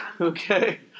Okay